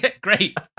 great